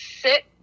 sit